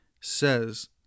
says